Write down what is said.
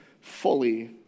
fully